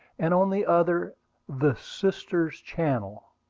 and on the other the sisters' channel,